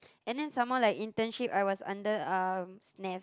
and then some more like internship I was under um SNAFF